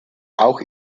auch